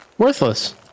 Worthless